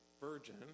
virgin